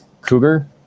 cougar